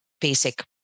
basic